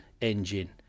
engine